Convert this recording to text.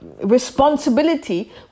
responsibility